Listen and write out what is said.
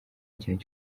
kintu